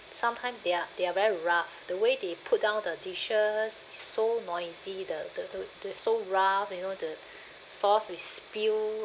sometime they are they are very rough the way they put down the dishes is so noisy the the the the so rough you know the sauce will spill